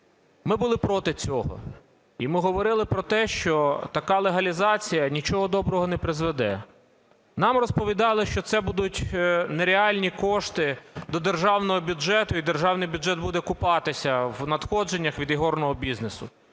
Ми були проти цього. І ми говорили про те, що така легалізація нічого доброго не призведе. Нам розповідали, що це будуть нереальні кошти до державного бюджету і державний бюджет буде купатися в надходженнях від ігорного бізнесу.